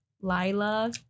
Lila